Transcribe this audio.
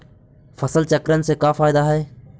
फसल चक्रण से का फ़ायदा हई?